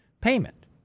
payment